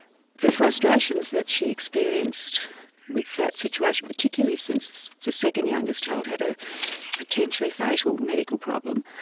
the frustrations that she experienced with that situation, particularly since the second youngest child had a potentially fatal medical problem,